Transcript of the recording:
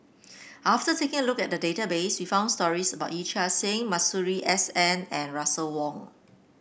after taking a look at the database we found stories about Yee Chia Hsing Masuri S N and Russel Wong